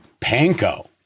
Panko